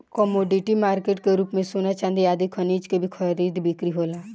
commodity market के रूप में सोना चांदी आदि खनिज के भी खरीद बिक्री होला